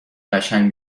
قشنگ